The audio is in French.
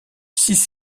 six